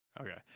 Okay